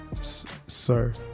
sir